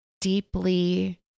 deeply